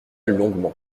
longuement